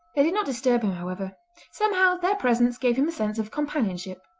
they did not disturb him, however somehow their presence gave him a sense of companionship.